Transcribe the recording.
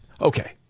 Okay